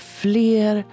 fler